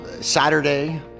Saturday